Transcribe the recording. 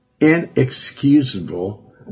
inexcusable